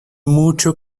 mucho